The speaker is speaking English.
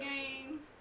Games